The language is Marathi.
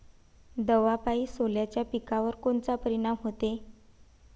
दवापायी सोल्याच्या पिकावर कोनचा परिनाम व्हते?